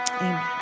Amen